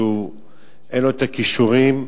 שאין לו הכישורים,